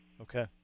Okay